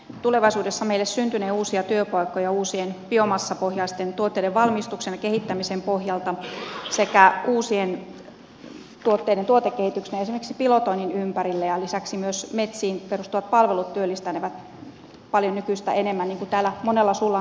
tulevaisuudessa meille syntynee uusia työpaikkoja uusien biomassapohjaisten tuotteiden valmistuksen ja kehittämisen pohjalta sekä uusien tuotteiden tuotekehityksenä esimerkiksi pilotoinnin ympärille ja lisäksi myös metsiin perustuvat palvelut työllistänevät paljon nykyistä enemmän niin kuin täällä monella suulla on todettukin